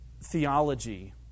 theology